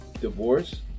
divorce